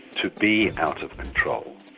to be out of control.